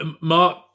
Mark